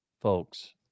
folks